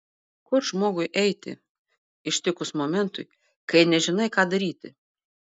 kur žmogui eiti ištikus momentui kai nežinai ką daryti